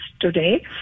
today